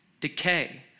decay